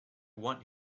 want